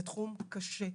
זה תחום קשה,